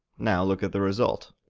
now look at the result.